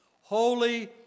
Holy